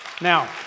Now